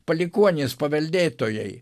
palikuonys paveldėtojai